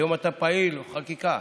היום אתה פעיל חקיקה.